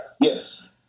Yes